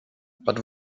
but